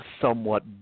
somewhat